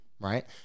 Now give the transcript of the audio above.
right